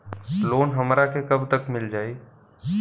Loan हमरा के कब तक मिल जाई?